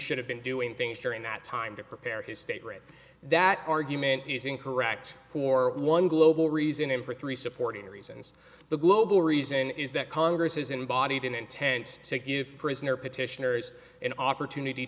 should have been doing things during that time to prepare his state rep that argument is incorrect for one global reason him for three supporting reasons the global reason is that congress is embodied in intent to give prisoner petitioners an opportunity